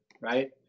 right